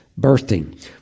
birthing